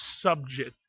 subject